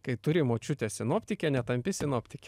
kai turi močiutę sinoptikę netampi sinoptike